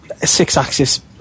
Six-axis